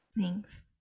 thanks